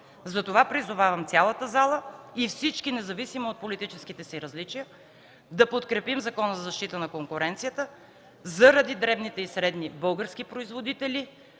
Затова призовавам цялата зала и всички, независимо от политическите си различия, да подкрепим Закона за защита на конкуренцията заради дребните и средни български производители,